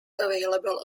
available